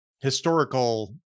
historical